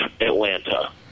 Atlanta